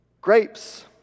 Grapes